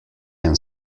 can